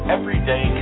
Everyday